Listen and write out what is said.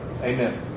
Amen